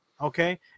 okay